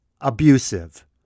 abusive